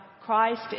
Christ